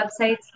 websites